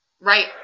Right